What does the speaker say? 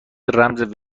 رمز